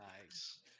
nice